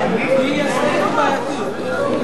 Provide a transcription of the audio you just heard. כי הסעיף בעייתי.